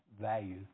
value